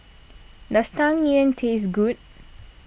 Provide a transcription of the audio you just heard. does Tang Yuen taste good